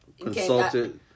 consulted